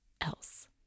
else